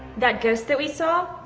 that ghost that we saw,